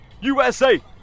USA